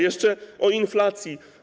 Jeszcze o inflacji.